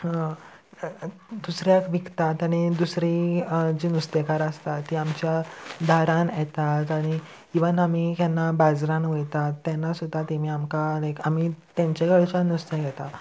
दुसऱ्याक विकतात आनी दुसरी जीं नुस्तेकार आसता ती आमच्या दारान येतात आनी इवन आमी केन्ना बाजारान वयतात तेन्ना सुद्दां तेमी आमकां लायक आमी तेंच्या कडच्यान नुस्तें घेता